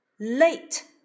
Late